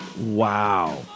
Wow